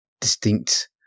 distinct